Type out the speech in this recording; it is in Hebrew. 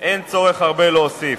אין צורך להוסיף.